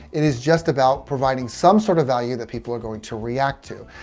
it is just about providing some sort of value that people are going to react to.